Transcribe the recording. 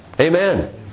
Amen